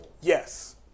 Yes